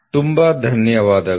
ತುಂಬ ಧನ್ಯವಾದಗಳು